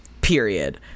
period